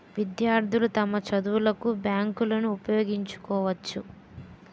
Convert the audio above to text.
విద్యార్థులు తమ చదువులకు బ్యాంకులను ఉపయోగించుకోవచ్చు